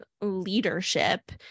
leadership